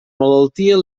malaltia